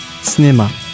cinema